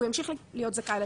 הוא ימשיך להיות זכאי.